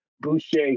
Boucher